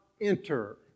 enter